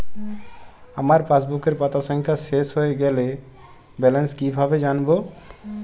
আমার পাসবুকের পাতা সংখ্যা শেষ হয়ে গেলে ব্যালেন্স কীভাবে জানব?